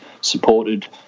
supported